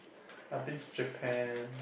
I been to Japan